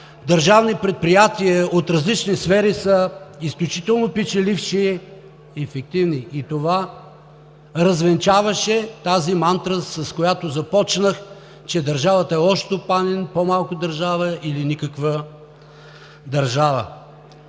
държавни предприятия от различни сфери са изключително печеливши и ефективни и това развенчаваше мантрата, с която започнах – че държавата е лош стопанин, по-малко държава или никаква държава.